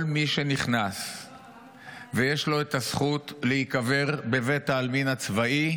כל מי שנכנס ויש לו הזכות להיקבר בבית העלמין הצבאי,